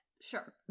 Sure